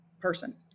person